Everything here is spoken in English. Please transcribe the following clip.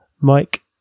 Mike